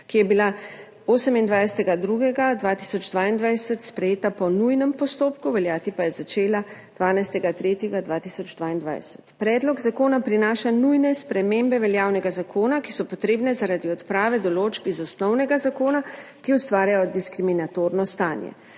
ki je bila 28. 2. 2022 sprejeta po nujnem postopku, veljati pa je začela 12. 3. 2022. Predlog zakona prinaša nujne spremembe veljavnega zakona, ki so potrebne zaradi odprave določb iz osnovnega zakona, ki ustvarjajo diskriminatorno stanje.